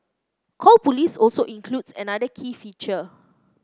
call police also includes another key feature